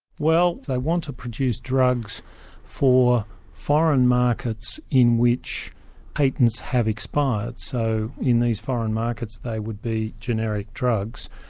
well, they want to produce drugs for foreign markets in which patents have expired. so in these foreign markets they would be generic drugs,